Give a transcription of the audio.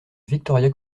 victoria